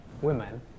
women